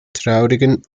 traubigen